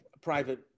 private